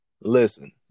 Listen